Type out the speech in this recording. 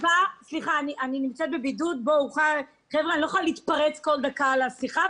אני נמצאת בבידוד ואני לא יכולה להתפרץ כל דקה לשיחה.